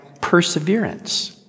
perseverance